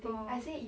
oh